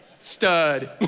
stud